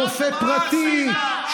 ברופא פרטי.